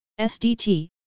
SDT